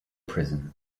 prison